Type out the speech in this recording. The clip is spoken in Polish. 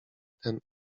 ten